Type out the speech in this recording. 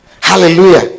Hallelujah